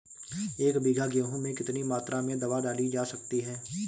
एक बीघा गेहूँ में कितनी मात्रा में दवा डाली जा सकती है?